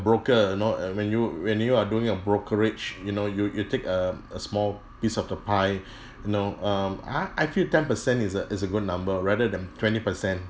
broker know and when you when you are doing a brokerage you know you you take a a small piece of the pie you know um I I feel ten percent is a is a good number rather than twenty percent